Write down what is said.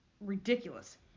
Ridiculous